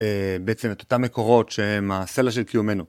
בעצם את אותם מקורות שהם הסלע של קיומנו.